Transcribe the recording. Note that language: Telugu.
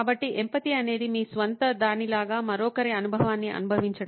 కాబట్టి ఎంపతి అనేది మీ స్వంత దానిలాగా మరొకరి అనుభవాన్ని అనుభవించడం